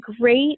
great